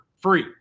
free